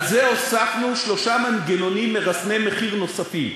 על זה הוספנו שלושה מנגנונים מרסני מחיר נוספים: